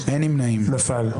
נפל.